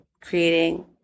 creating